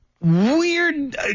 weird